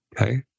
Okay